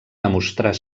demostrar